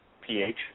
PH